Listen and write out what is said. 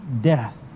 death